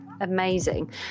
Amazing